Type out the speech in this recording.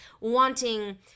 wanting